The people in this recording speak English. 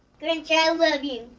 grinch, i love you.